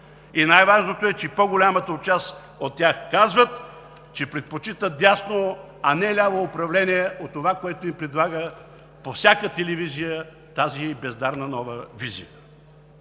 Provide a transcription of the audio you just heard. Най-важното е, че по-голяма част от тях казват, че предпочитат дясно, а не ляво управление от това, което им предлага по всяка телевизия тази бездарна нова визия.